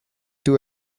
two